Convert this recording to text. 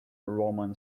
roman